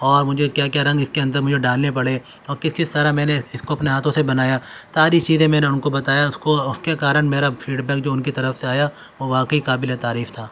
اور مجھے کیا کیا رنگ اس کے اندر مجھے ڈالنے پڑے اور کس کس طرح میں نے اس کو اپنے ہاتھوں سے بنایا ساری چیزیں میں نے ان کو بتایا اس کو اس کے کارن میرا فیڈ بیک جو ان کے طرف سے آیا وہ واقعی قابل تعریف تھا